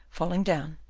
falling down,